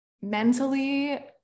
mentally